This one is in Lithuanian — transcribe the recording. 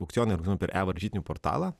aukcioną einu per evaržytinių portalą